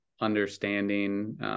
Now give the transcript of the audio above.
understanding